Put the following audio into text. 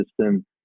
system